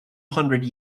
hundred